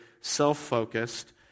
self-focused